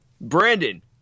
Brandon